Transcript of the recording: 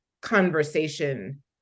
conversation